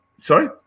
Sorry